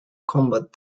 combat